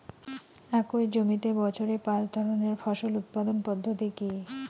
একই জমিতে বছরে পাঁচ ধরনের ফসল উৎপাদন পদ্ধতি কী?